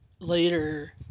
later